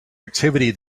activity